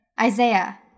Isaiah